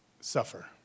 suffer